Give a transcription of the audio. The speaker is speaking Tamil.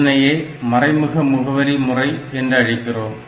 இதனையே மறைமுக முகவரி முறை என்றழைக்கிறோம்